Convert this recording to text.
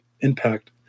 impact